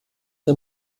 der